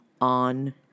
on